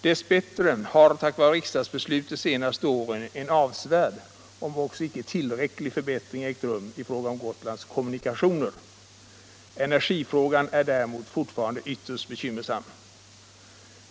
Dess bättre har tack vare riksdagsbeslut de senaste åren en avsevärd, om också icke tillräcklig, förbättring ägt rum i fråga om Gotlands kommunikationer. Energifrågan är däremot fortfarande ytterst bekymmersam.